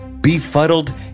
Befuddled